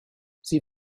sie